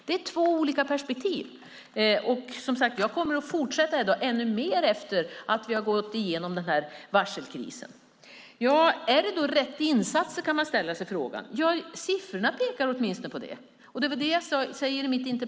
Det är två olika perspektiv. Jag kommer, som sagt, att fortsätta med det - ännu mer efter att vi har gått igenom varselkrisen. Man kan ställa sig frågan om insatserna är de rätta. Ja, siffrorna pekar åtminstone på det.